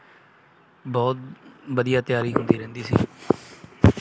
ਬਹੁਤ ਵਧੀਆ ਤਿਆਰੀ ਹੁੰਦੀ ਰਹਿੰਦੀ ਸੀ